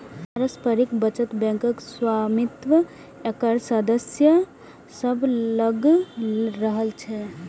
पारस्परिक बचत बैंकक स्वामित्व एकर सदस्य सभ लग रहै छै